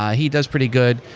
ah he does pretty good.